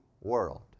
world